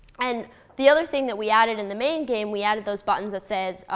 and the other thing that we added in the main game, we added those buttons that says,